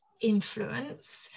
influence